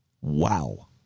Wow